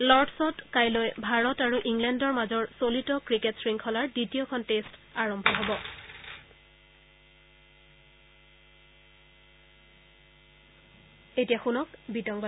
লৰ্ডছত কাইলৈ ভাৰত আৰু ইংলেণ্ডৰ মাজৰ চলিত ক্ৰিকেট শৃংখলাৰ দ্বিতীয়খন টেষ্ট আৰম্ভ হ'ব